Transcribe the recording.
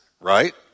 right